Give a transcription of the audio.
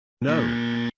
No